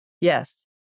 yes